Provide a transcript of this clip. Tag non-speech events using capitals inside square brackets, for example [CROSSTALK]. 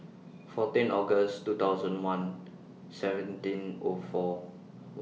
fourteen August two thousand one seventeen O four [UNINTELLIGIBLE] sixteen